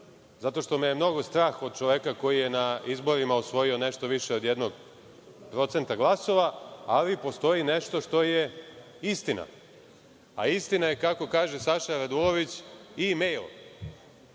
zato što me je mnogo strah od čoveka koji je na izborima osvojio nešto više od 1% glasova, ali postoji nešto što je istina. Istina je, kako kaže Saša Radulović, mejl